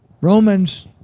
Romans